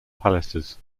palaces